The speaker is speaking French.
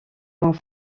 points